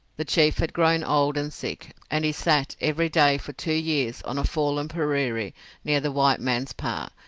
the chief had grown old and sick, and he sat every day for two years on a fallen puriri near the white man's pah,